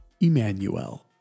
Emmanuel